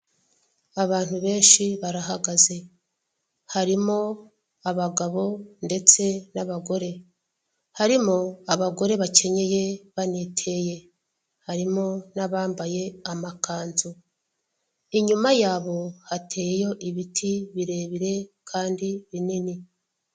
Abantu benshi barahagaze harimo abagabo ndetse n'abagore, harimo abagore bakenyeye baniteye, harimo n'abambaye amakanzu inyuma yabo hateyeyo ibiti birebire kandi binini.